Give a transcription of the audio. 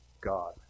God